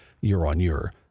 year-on-year